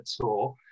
tour